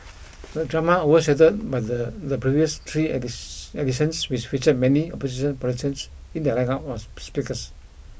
the drama overshadowed but the the previous three and this editions which featured many opposition politicians in their lineup of speakers